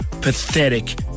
pathetic